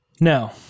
No